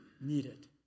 needed